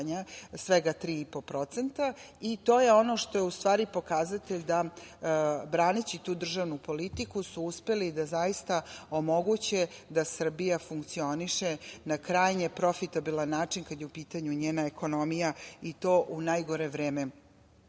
svega 3,5% i to je ono što je u stvari pokazatelj da, braneći tu državnu politiku, su uspeli da zaista omoguće da Srbija funkcioniše na krajnje profitabilan način kada je u pitanju njena ekonomija i to u najgore vreme